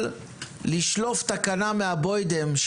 לשלוף תקנה מהבוידעם,